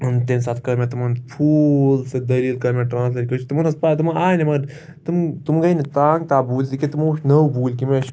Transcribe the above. تمہِ ساتہٕ کٔر مےٚ تِمَن پھوٗل ستۭۍ دٔلیٖل کٔر مےٚ ٹرٛانسلیٹ کٔشیٖر تِمن ٲس پاے تِمن آیہِ نہٕ مگر تمَن آیہِ نہٕ تنگ تاب بوٗزِتھ کینٛہہ تِمو وٕچھ نٔوے بوٗلۍ مےٚ چھِ